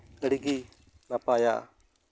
ᱟᱹᱰᱤ ᱜᱮ ᱱᱟᱯᱟᱭᱟ